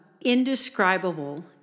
indescribable